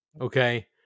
Okay